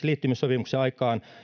liittymissopimuksen aikaan